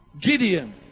Gideon